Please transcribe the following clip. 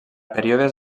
períodes